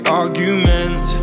argument